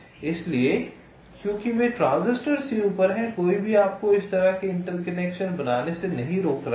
इसलिए क्योंकि वे ट्रांजिस्टर से ऊपर हैं कोई भी आपको इस तरह से इंटरकनेक्शन बनाने से नहीं रोक रहा है